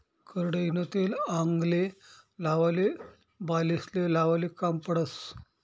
करडईनं तेल आंगले लावाले, बालेस्ले लावाले काम पडस